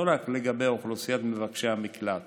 לא רק על אוכלוסיית מבקשי המקלט